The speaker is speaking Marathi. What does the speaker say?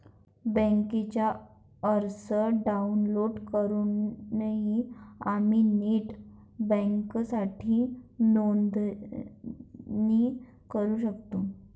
बँकेचा अर्ज डाउनलोड करूनही आम्ही नेट बँकिंगसाठी नोंदणी करू शकतो